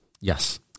Yes